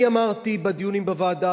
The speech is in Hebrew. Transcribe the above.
אני אמרתי בדיונים בוועדה,